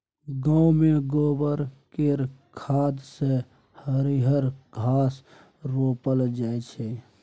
गांव मे गोबर केर खाद सँ हरिहर साग रोपल जाई छै